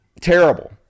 terrible